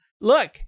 Look